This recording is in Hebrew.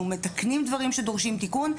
אנחנו מתקנים דברים שדורשים תיקון,